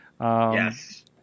Yes